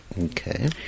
Okay